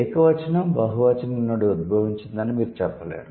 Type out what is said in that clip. ఏకవచనం బహువచనం నుండి ఉద్భవించిందని మీరు చెప్పలేరు